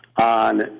on